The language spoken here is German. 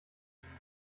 biegen